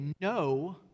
no